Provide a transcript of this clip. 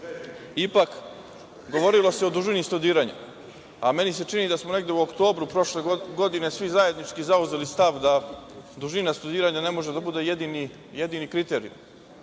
Govorilo se o dužini studiranja, a meni se čini da smo negde u oktobru prošle godine svi zajednički zauzeli stav da dužina studiranja ne može da bude jedini kriterijum.